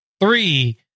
three